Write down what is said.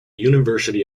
university